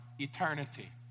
eternity